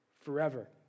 forever